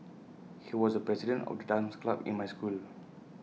he was the president of the dance club in my school